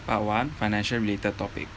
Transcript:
part one financial related topic